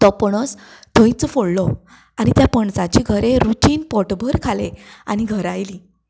तो पणस थंयच फोडलो आनी त्या पणसाचे गरे रुचीन पोटभर खाले आनी घरा आयलीं